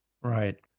Right